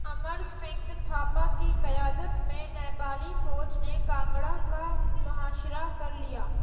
امر سنگھ تھاپا کی قیادت میں نیپالی فوج نے کانگڑا کا محاصرہ کر لیا